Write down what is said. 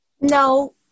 No